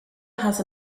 has